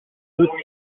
toutes